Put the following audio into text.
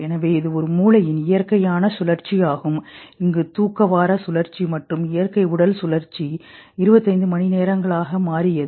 எனவே இது ஒரு மூளையின் இயற்கையான சுழற்சி ஆகும் இங்கு தூக்க வார சுழற்சி மற்றும் இயற்கை உடல் சுழற்சி 25 மணிநேரங்களாக மாறியது